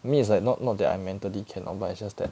I mean it's like not not that I mentally cannot but it's just that